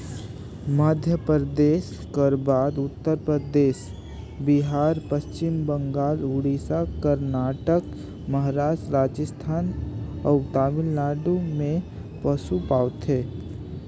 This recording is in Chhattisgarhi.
मध्यपरदेस कर बाद उत्तर परदेस, बिहार, पच्छिम बंगाल, उड़ीसा, करनाटक, महारास्ट, राजिस्थान अउ तमिलनाडु में पसु पवाथे